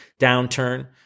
downturn